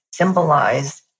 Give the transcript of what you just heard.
symbolize